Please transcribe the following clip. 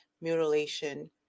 mutilation